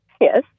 Yes